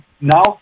Now